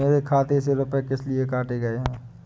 मेरे खाते से रुपय किस लिए काटे गए हैं?